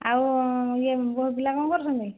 ଆଉ ଇଏ ବୋହୁ ପିଲା କ'ଣ କରୁଛନ୍ତି